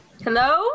Hello